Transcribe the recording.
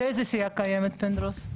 לאיזו סיעה קיימת, פינדרוס?